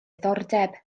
diddordeb